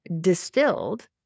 distilled